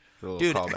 Dude